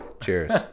Cheers